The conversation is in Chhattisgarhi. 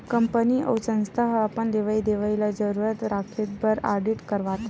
कंपनी अउ संस्था ह अपन लेवई देवई ल दुरूस्त राखे बर आडिट करवाथे